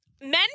Men